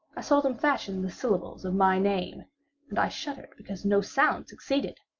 i saw them fashion the syllables of my name and i shuddered because no sound succeeded.